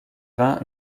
vainc